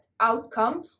outcome